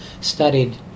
studied